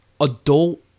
adult